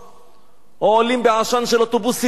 או עולים בעשן של אוטובוסים מתפוצצים.